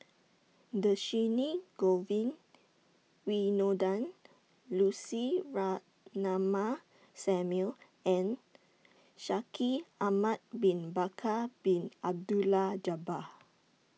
Dhershini Govin Winodan Lucy Ratnammah Samuel and Shaikh Ahmad Bin Bakar Bin Abdullah Jabbar